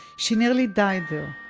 she nearly died there.